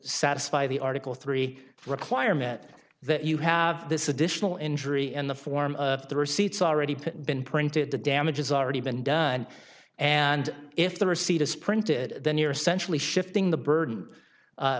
satisfy the article three require met that you have this additional injury in the form of the receipts already been printed the damage has already been done and if the receipt is printed then you're centrally shifting the burden